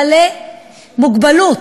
בעלי מוגבלות,